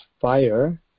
fire